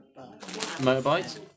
Motorbikes